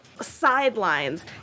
sidelines